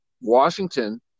Washington